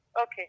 Okay